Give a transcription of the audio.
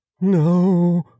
No